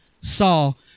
Saul